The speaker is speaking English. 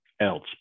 else